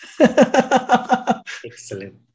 Excellent